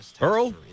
Earl